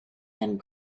and